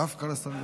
דווקא לשר גולדקנופ?